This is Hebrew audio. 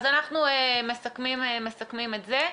אז אנחנו מסכמים את זה.